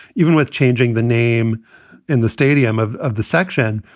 even with changing the name in the stadium of of the section,